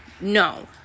No